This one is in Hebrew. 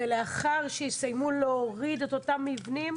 ולאחר שיסיימו להוריד את אותם מבנים,